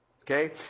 Okay